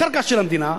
הקרקע של המדינה,